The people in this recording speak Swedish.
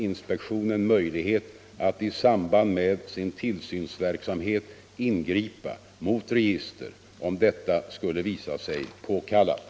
inspektionen möjlighet att i samband med sin tillsynsverksamhet ingripa mot register, om detta skulle visa sig påkallat.